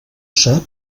sap